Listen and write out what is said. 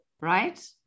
right